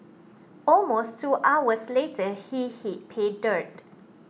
almost two hours later he hit pay dirt